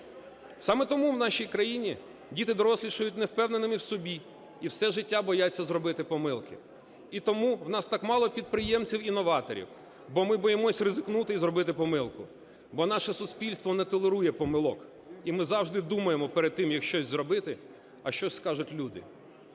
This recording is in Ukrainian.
Саме тому в нашій країні діти дорослішають невпевненими в собі і все життя бояться зробити помилки. І тому у нас так мало підприємців, інноваторів, бо ми боїмося ризикнути і зробити помилку, бо наше суспільство не толерує помилок, і ми завжди думаємо перед тим, як щось зробити, а що скажуть люди.